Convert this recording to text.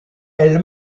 elle